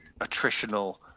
attritional